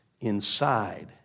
inside